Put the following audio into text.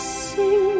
sing